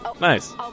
Nice